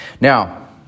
Now